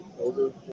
over